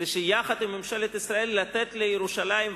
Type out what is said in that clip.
כדי שיחד עם ממשלת ישראל ניתן לירושלים,